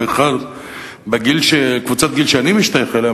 ובכלל בקבוצת הגיל שאני משתייך אליה,